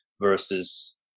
versus